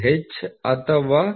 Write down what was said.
H ಅಥವಾ H